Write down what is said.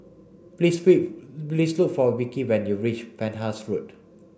please please look for Vickie when you reach Penhas Road